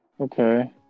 Okay